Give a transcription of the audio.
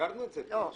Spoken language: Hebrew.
סגרנו את זה פעם שעברה.